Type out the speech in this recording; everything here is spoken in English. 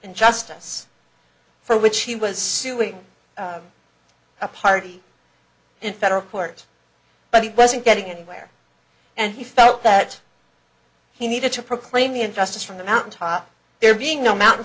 and justice for which he was suing a party in federal court but he wasn't getting anywhere and he felt that he needed to proclaim the injustice from the mountain top there being no mountain